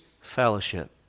fellowship